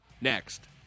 Next